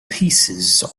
pieces